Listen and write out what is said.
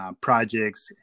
projects